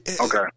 Okay